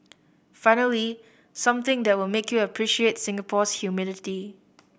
finally something that will make you appreciate Singapore's humidity